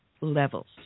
levels